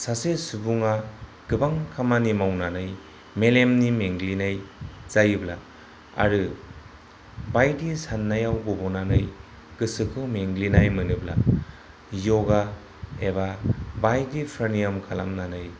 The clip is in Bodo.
सासे सुबुङा गोबां खामानि मावनानै मेलेमनि मेंग्लिनाय जायोब्ला आरो बायदि साननायाव गब'नानै गोसोखौ मेंग्लिनाय मोनोब्ला योगा एबा बायदिफोर नियम खालामनानै